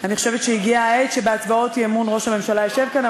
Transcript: אני חושבת שהגיעה העת שבהצבעות אי-אמון ראש הממשלה ישב כאן,